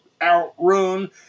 out-run